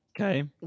Okay